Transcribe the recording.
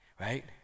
right